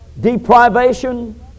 deprivation